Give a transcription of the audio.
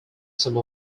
some